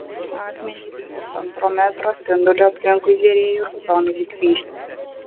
akmenys pusantro metro spinduliu aplinkui žėrėjo raudonai lyg vyšnios